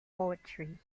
poetry